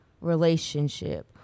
relationship